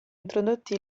introdotti